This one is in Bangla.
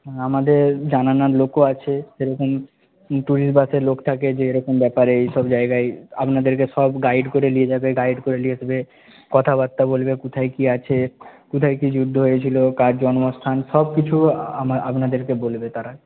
হ্যাঁ আমাদের জানানোর লোকও আছে সেরকম ট্যুরিস্ট বাসে লোক থাকে যে এরকম ব্যাপারে এই সব জায়গায় আপনাদেরকে সব গাইড করে নিয়ে যাবে গাইড করে নিয়ে আসবে কথাবার্তা বলবে কোথায় কী আছে কোথায় কী যুদ্ধ হয়েছিল কার জন্মস্থান সব কিছু আপনাদেরকে বলবে তারা